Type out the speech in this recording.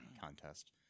contest